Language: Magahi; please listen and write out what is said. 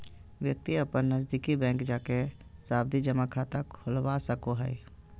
व्यक्ति अपन नजदीकी बैंक जाके सावधि जमा खाता खोलवा सको हय